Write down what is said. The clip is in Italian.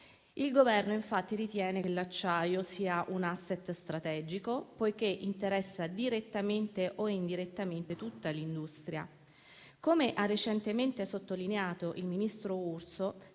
Il Governo infatti ritiene che l'acciaio sia un *asset* strategico, poiché interessa direttamente o indirettamente tutta l'industria. Come ha recentemente sottolineato il ministro Urso,